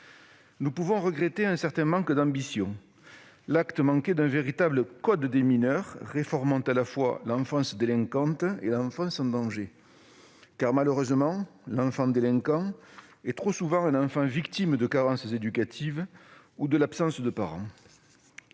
nous déplorons un certain manque d'ambition, un acte manqué : nous espérions un véritable « code des mineurs » réformant à la fois l'enfance délinquante et l'enfance en danger. Malheureusement, l'enfant délinquant est en effet trop souvent un enfant victime de carences éducatives ou de l'absence de parents.